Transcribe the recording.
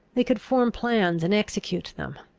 they could form plans and execute them.